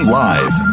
live